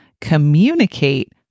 communicate